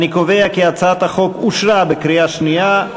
אני קובע כי הצעת החוק אושרה בקריאה שנייה.